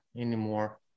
anymore